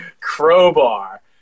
Crowbar